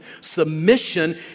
Submission